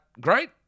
great